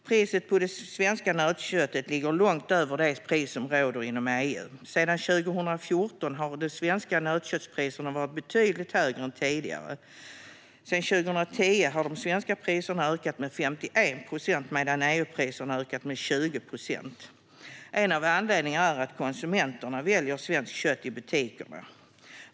Priset på det svenska nötköttet ligger långt över det pris som råder inom EU. Sedan 2014 har de svenska nötköttspriserna varit betydligt högre än tidigare. Sedan 2010 har de svenska priserna ökat med 51 procent medan EU-priserna har ökat med 20 procent. En anledning är att konsumenterna väljer svenskt kött i butikerna.